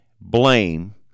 blame